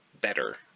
better